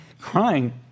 crying